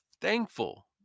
thankful